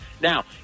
Now